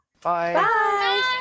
Bye